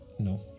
No